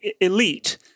elite